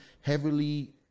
heavily